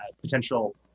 potential